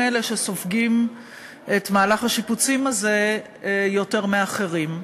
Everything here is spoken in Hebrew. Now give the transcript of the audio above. אלה שסופגים את מהלך השיפוצים הזה יותר מאחרים.